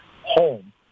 home